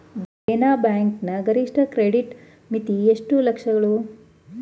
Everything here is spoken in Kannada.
ದೇನಾ ಬ್ಯಾಂಕ್ ನ ಗರಿಷ್ಠ ಕ್ರೆಡಿಟ್ ಮಿತಿ ಎಷ್ಟು ಲಕ್ಷಗಳು?